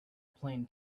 plain